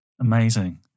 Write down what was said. amazing